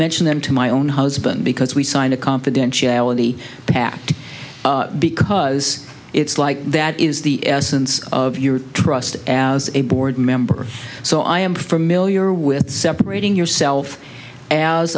mention them to my own husband because we signed a confidentiality pat because it's like that is the essence of your trust as a board member so i am familiar with separating yourself as